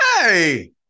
hey